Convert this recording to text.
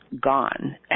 gone